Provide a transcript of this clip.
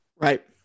Right